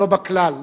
ולא בכלל.